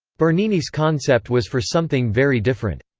bernini's concept was for something very different.